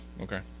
Okay